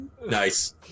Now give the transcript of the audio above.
Nice